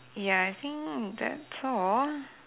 ya I think that's all